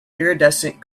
iridescent